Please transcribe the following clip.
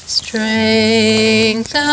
strength